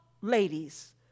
ladies